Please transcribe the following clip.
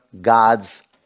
God's